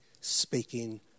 speaking